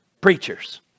Preachers